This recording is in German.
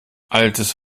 altes